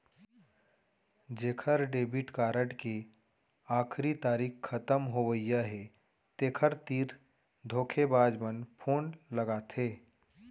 जेखर debit card के आखरी तारीख खतम होवइया हे तेखर तीर धोखेबाज मन फोन लगाथे